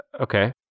Okay